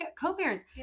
co-parents